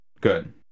Good